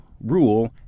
Rule